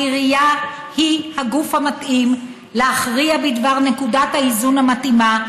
העירייה היא הגוף המתאים להכריע בדבר נקודת האיזון המתאימה,